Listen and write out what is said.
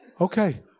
Okay